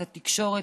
את התקשורת,